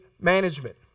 management